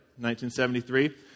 1973